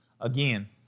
Again